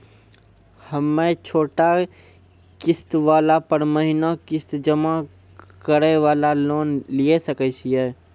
हम्मय छोटा किस्त वाला पर महीना किस्त जमा करे वाला लोन लिये सकय छियै?